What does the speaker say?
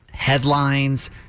headlines